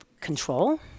control